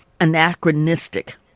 anachronistic